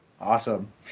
Awesome